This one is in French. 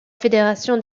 fédération